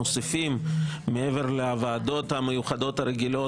שמעבר לוועדות המיוחדות הרגילות,